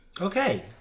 Okay